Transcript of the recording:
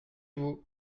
vous